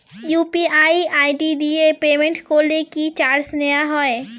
UPI ID দিয়ে payment করলে কি চার্জ নেয়া হয়?